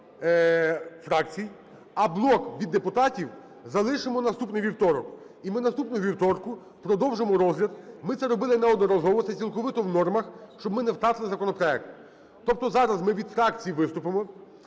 а блок від депутатів залишимо на наступний вівторок. І ми наступного вівторку продовжимо розгляд. Ми це робили неодноразово, це цілковито в нормах, щоб ми не втратили законопроект. Тобто зараз ми від фракцій виступимо,